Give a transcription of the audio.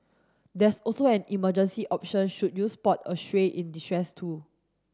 there's also an emergency option should you spot a stray in distress too